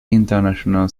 international